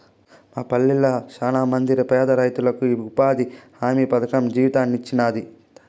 మా పల్లెళ్ళ శానమంది పేదరైతులకు ఈ ఉపాధి హామీ పథకం జీవితాన్నిచ్చినాది